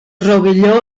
rovelló